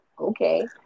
okay